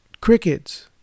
crickets